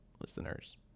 listeners